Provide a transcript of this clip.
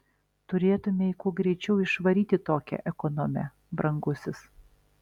turėtumei kuo greičiau išvaryti tokią ekonomę brangusis